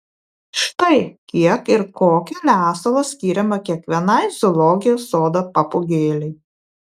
štai kiek ir kokio lesalo skiriama kiekvienai zoologijos sodo papūgėlei